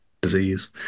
disease